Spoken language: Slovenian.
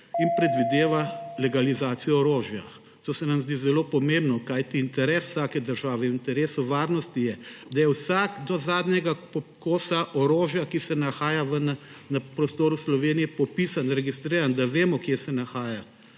in predvideva legalizacijo orožja. To se nam zdi zelo pomembno, kajti v interesu vsake države in v interesu varnosti je, da je vsak kos, do zadnjega kosa orožja, ki se nahaja na prostoru Slovenije, popisan, registriran, da vemo, kje se nahaja.